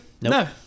No